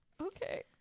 okay